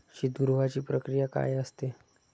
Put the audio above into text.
शीतगृहाची प्रक्रिया काय असते?